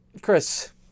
Chris